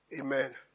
Amen